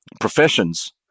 professions